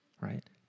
right